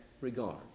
regard